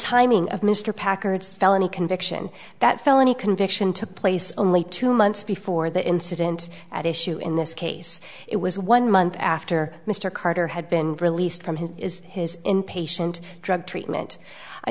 timing of mr packard's felony conviction that felony conviction took place only two months before the incident at issue in this case it was one month after mr carter had been released from his is his inpatient drug treatment i